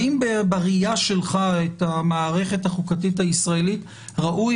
האם בראייה שלך את המערכת החוקתית הישראלית ראוי